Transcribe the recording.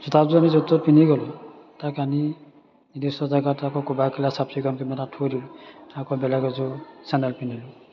জোতাযোৰ আমি য'ত ত'ত পিন্ধি গ'লোঁ তাক আনি নিৰ্দিষ্ট জেগাত আকৌ চাফ চিকুণ কৰি তাত থৈ দিলোঁ আকৌ বেলেগ এযোৰ চেণ্ডেল পিন্ধিলোঁ